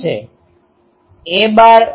હશે a